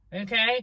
okay